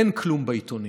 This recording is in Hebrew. "אין כלום בעיתונים.